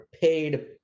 paid